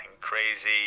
crazy